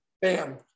Bam